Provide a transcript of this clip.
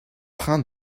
train